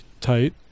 tight